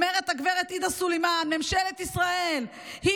אומרת הגברת עאידה סלימאן: ממשלת ישראל היא